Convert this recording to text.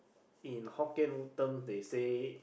in hokkien term they say